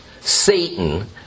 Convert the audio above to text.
Satan